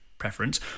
preference